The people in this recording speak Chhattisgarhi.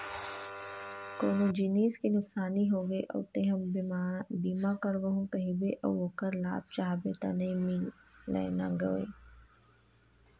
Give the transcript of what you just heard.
कोनो जिनिस के नुकसानी होगे अउ तेंहा बीमा करवाहूँ कहिबे अउ ओखर लाभ चाहबे त नइ मिलय न गोये